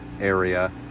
area